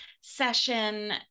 session